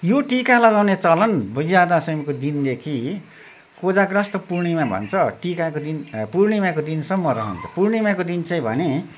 यो टिका लगाउने चलन विजया दसमीको दिनदेखि कोजाग्रत पूर्णिमा भन्छ टिकाको दिन पूर्णिमाको दिनसम्म रहन्छ पूर्णिमाको दिन चाहिँ भने